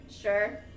Sure